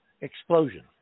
explosion